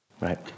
right